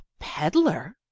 peddler